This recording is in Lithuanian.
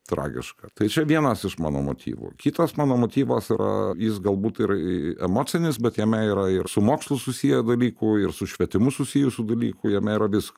tragišką tai čia vienas iš mano motyvų kitas mano motyvas yra jis galbūt ir emocinis bet jame yra ir su mokslu susiję dalykų ir su švietimu susijusių dalykų jame yra visko